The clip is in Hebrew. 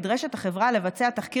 לשאול: